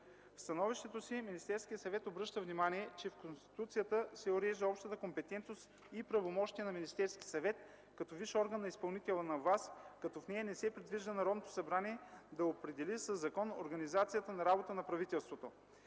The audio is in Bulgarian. В становището си Министерският съвет обръща внимание, че в Конституцията се урежда общата компетентност и правомощията на Министерския съвет като висш орган на изпълнителната власт, като в нея не се предвижда Народното събрание да определи със закон организацията на работа на правителството.